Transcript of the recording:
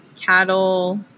cattle